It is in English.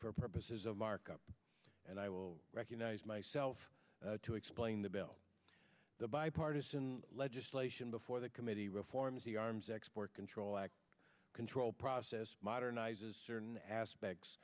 for purposes of markup and i will recognize myself to explain the bill the bipartisan legislation before the committee reforms the arms export control act control process certain aspects